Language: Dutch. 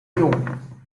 lyon